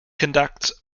conducts